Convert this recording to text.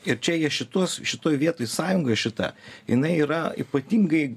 ir čia jie šituos šitoj vietoj sąjungoj šita jinai yra ypatingai